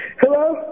Hello